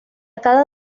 cada